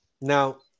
Now